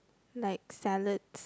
like salads